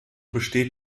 besteht